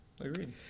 Agreed